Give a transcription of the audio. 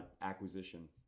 acquisition